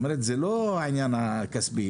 זה לא העניין הכספי.